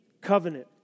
covenant